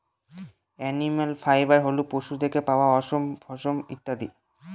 animal fibre হল পশু থেকে পাওয়া অশম, পশম ইত্যাদি